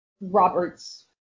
Robert's